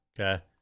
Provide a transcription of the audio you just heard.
Okay